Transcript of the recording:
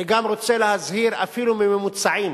אני גם רוצה להזהיר אפילו מממוצעים.